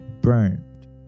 burned